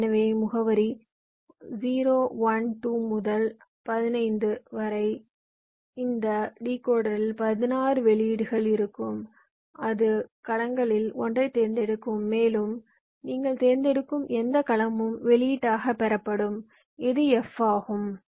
எனவே முகவரி 0 1 2 முதல் 15 வரை இந்த டிகோடரில் 16 வெளியீடுகள் இருக்கும் அது கலங்களில் ஒன்றைத் தேர்ந்தெடுக்கும் மேலும் நீங்கள் தேர்ந்தெடுக்கும் எந்த கலமும் வெளியீட்டாகப் பெறப்படும் இது F ஆகும்